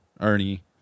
Ernie